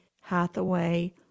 Hathaway